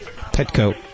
Petco